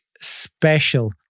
special